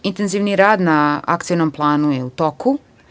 Intenzivniji rad na Ackionom planu je u toku.